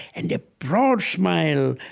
and a broad smile